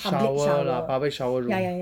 shower lah public shower room